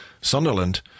Sunderland